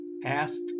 Asked